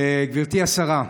גברתי השרה,